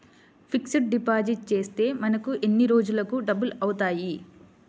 Fixed deposit చేస్తే మనకు ఎన్ని రోజులకు డబల్ అవుతాయి?